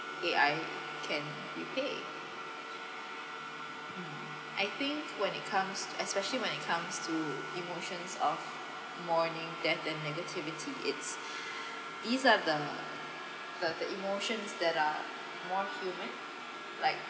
A_I can repay I think when it comes especially when it comes to emotions of mourning death and negativity it's these are the the the emotions that are more humanlike